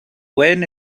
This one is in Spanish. pueden